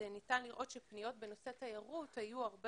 ניתן לראות שפניות בנושא תיירות היו הרבה